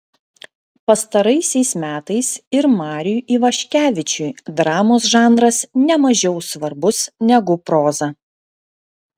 pastaraisiais metais ir mariui ivaškevičiui dramos žanras ne mažiau svarbus negu proza